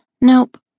Nope